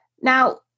Now